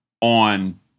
on